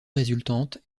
résultante